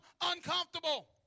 uncomfortable